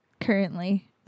currently